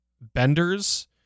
benders